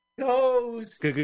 Ghost